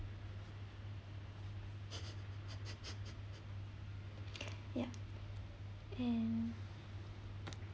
ya and